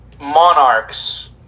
Monarchs